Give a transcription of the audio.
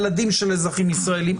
ילדים של אזרחים ישראלים.